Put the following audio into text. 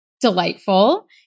delightful